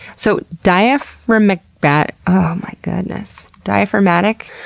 so diafermigbat oh my goodness. diagphergmatic?